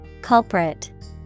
Culprit